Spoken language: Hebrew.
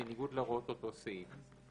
בניגוד להוראות אותו סעיף,